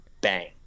bang